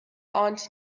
aunt